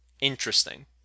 interesting